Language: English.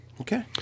Okay